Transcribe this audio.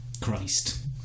Christ